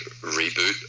reboot